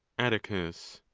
atticus.